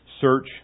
search